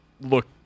look